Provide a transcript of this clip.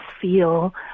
feel